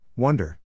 Wonder